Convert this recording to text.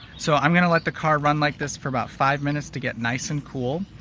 so i'm gonna let the car run like this for about five minutes to get nice and cool.